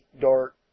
dark